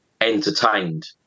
entertained